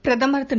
பிரதமர் திரு